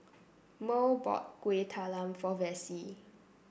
Murl bought Kueh Talam for Vassie